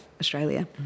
australia